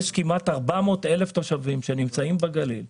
יש כמעט 400,000 תושבים שנמצאים בגליל,